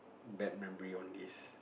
bad memory on this